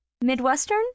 Midwestern